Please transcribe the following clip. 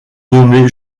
nommé